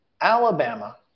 Alabama